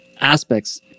aspects